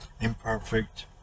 imperfect